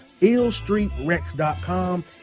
illstreetrex.com